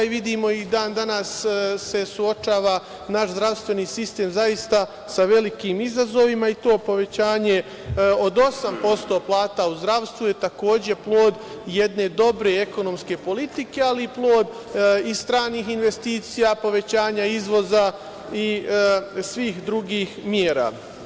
Vidimo da se i dan danas naš zdravstveni sistem suočava sa velikim izazovima i to povećanje od 8% plata u zdravstvu je takođe plod jedne dobre ekonomske politike, ali i plod stranih investicija, povećanja izvoza i svih drugih mera.